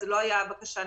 זו לא הייתה בקשה נפרדת.